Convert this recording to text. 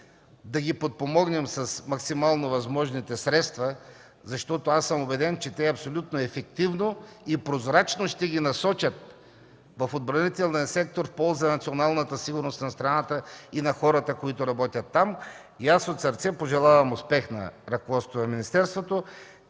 да ги подпомогнем с максимално възможните средства, защото съм убеден, че абсолютно ефективно и прозрачно те ще ги насочат в отбранителния сектор, в полза на националната сигурност на страната и на хората, които работят там. От сърце пожелавам успех на ръководството на министерството!